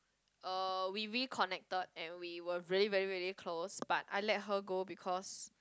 uh we reconnected and we were really very very close but I let her go because